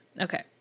Okay